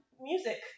music